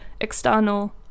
external